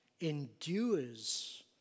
endures